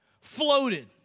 floated